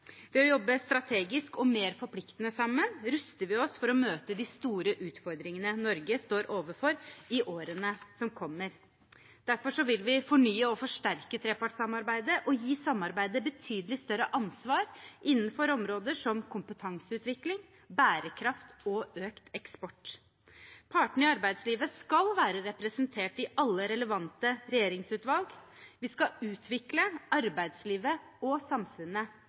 Ved å jobbe strategisk og mer forpliktende sammen ruster vi oss for å møte de store utfordringene Norge står overfor i årene som kommer. Derfor vil vi fornye og forsterke trepartssamarbeidet og gi samarbeidet betydelig større ansvar innenfor områder som kompetanseutvikling, bærekraft og økt eksport. Partene i arbeidslivet skal være representert i alle relevante regjeringsutvalg. Vi skal utvikle arbeidslivet og samfunnet